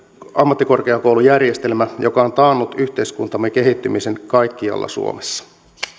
ammattikorkeakoulujärjestelmä joka on taannut yhteiskuntamme kehittymisen kaikkialla suomessa